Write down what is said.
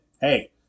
hey